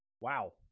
Wow